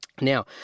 Now